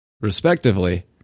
respectively